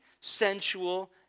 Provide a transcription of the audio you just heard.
sensual